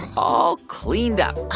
all cleaned up